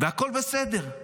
והכול בסדר,